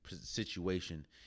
situation